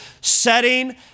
setting